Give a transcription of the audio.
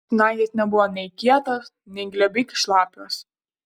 snaigės nebuvo nei kietos nei glebiai šlapios